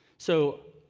so,